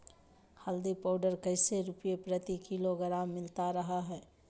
हल्दी पाउडर कैसे रुपए प्रति किलोग्राम मिलता रहा है?